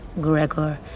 Gregor